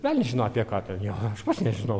velns žino apie ką ten jau aš pats nežinau